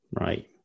Right